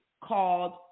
called